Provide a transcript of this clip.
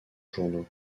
journaux